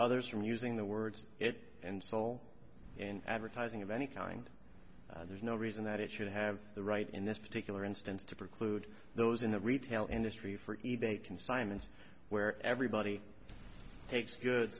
others from using the words it and soul and advertising of any kind there's no reason that it should have the right in this particular instance to preclude those in a retail industry for either a consignment where everybody takes good